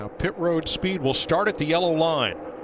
ah pit road speed will start at the yellow line.